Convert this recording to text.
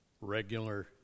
regular